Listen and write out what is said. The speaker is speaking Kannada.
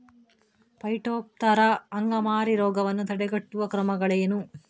ಪೈಟೋಪ್ತರಾ ಅಂಗಮಾರಿ ರೋಗವನ್ನು ತಡೆಗಟ್ಟುವ ಕ್ರಮಗಳೇನು?